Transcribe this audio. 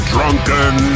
Drunken